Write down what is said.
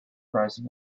rising